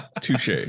Touche